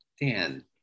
Dan